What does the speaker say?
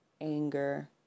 anger